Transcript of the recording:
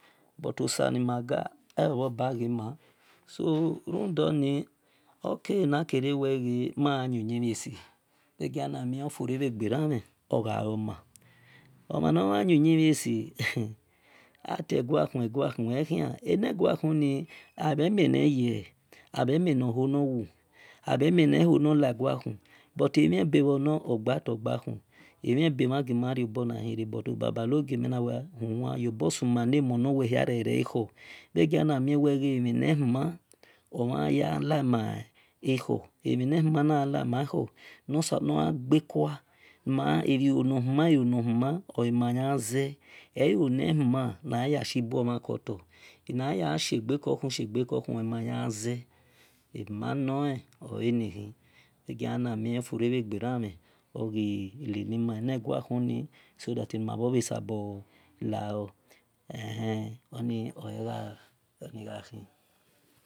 But osa ni maga wo bhobahima so rundor ni oke ma-gha yin uyi-mhie si wel dor kere ofure ogha oma omhan nor mhan yin uyimh3si atei egua khun egua khu ekhian ene-gua khuni abhemie neye bhe mie nor ho nor wu abhe mie ne ho neghe na gua khun but emhen be bhor nor gba tor gba khun wa gima riobor nahi re but baba nogie mel na wel huma rio ba suman le-mon nor wel hia ekhor bhe giana mue emhi ne human omhan ye gha la-ma ekhor ni magha gbe khua ilo nor human ilo nor huma o ema ya gha zel ee lo ne humum naya ya shi buo mhan koto naya shiegbe kokhu shei gbe ko khu o e mu ya gha ze ebima bore olemki bhe giana mie ofure bhe gbe ramh oghi leli ma so that ene-gua khuni so that ni ma bho sabor lao ehe onu ologha khian.